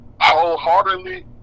wholeheartedly